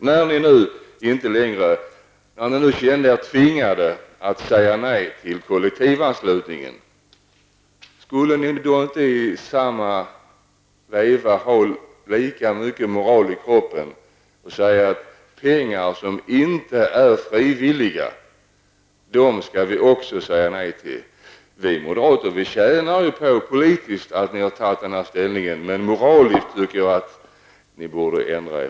När socialdemokraterna nu kände sig tvingade att säga nej till kollektivanslutningen, skulle ni då inte i samma veva kunna ha lika mycket moral i koppen så att ni sade nej till de pengar ni inte har fått frivilligt? Vi moderater tjänar rent politiskt på socialdemokraternas ställningstagande, men moraliskt tycker jag att ni borde ändra er.